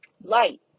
Light